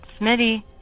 Smitty